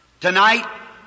Tonight